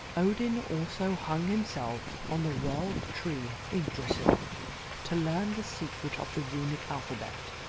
odin also hung himself on the world tree yggdrasil to learn the secret of the runic alphabet,